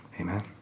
Amen